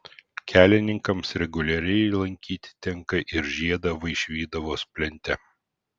kelininkams reguliariai lankyti tenka ir žiedą vaišvydavos plente